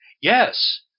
Yes